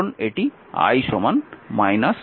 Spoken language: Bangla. কারণ এটি I 16 অ্যাম্পিয়ার